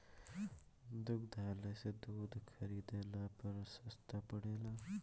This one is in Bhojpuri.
दुग्धालय से दूध खरीदला पर सस्ता पड़ेला?